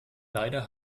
leider